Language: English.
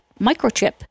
microchip